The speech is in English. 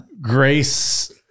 Grace